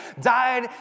died